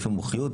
לפי מומחיות,